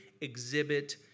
exhibit